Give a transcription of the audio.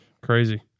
crazy